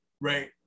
Right